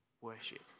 worship